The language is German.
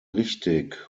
richtig